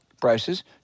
prices